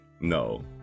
no